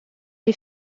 les